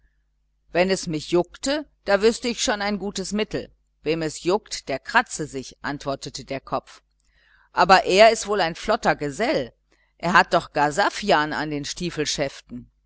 wenn es mich juckte da wüßte ich schon ein gutes mittel wem es juckt der kratze sich antwortete der kopf aber er ist wohl ein flotter gesell hat er doch gar saffian an den